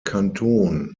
kanton